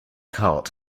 cult